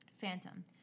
Phantom